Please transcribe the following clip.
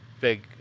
big